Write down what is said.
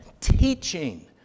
teaching